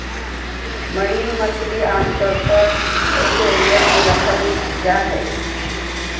marine मछली आमतौर पर एक्वेरियम मे रखल जा हई